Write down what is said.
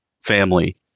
family